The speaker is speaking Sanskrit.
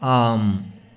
आम्